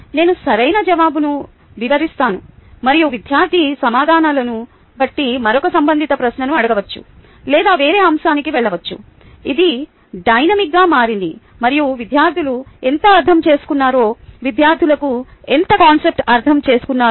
నేను సరైన జవాబును వివరిస్తాను మరియు విద్యార్థి సమాధానాలను బట్టి మరొక సంబంధిత ప్రశ్నను అడగవచ్చు లేదా వేరే అంశానికి వెళ్ళవచ్చు ఇది డైనమిక్గా మారింది మరియు విద్యార్థులు ఎంత అర్థం చేసుకున్నారు విద్యార్థులకు ఎంత కాన్సెప్ట్ అర్థం చేసుకున్నారు